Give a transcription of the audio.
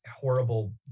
horrible